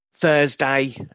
Thursday